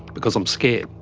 because i'm scared.